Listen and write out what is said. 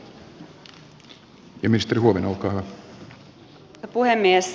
arvoisa puhemies